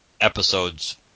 episodes